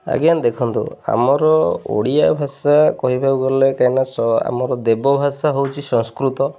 ଆଜ୍ଞା ଦେଖନ୍ତୁ ଆମର ଓଡ଼ିଆ ଭାଷା କହିବାକୁ ଗଲେ କାହିଁକିନା ଆମର ଦେବ ଭାଷା ହେଉଛି ସଂସ୍କୃତ